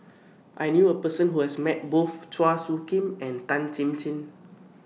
I knew A Person Who has Met Both Chua Soo Khim and Tan Chin Chin